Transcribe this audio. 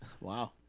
Wow